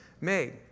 made